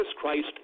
Christ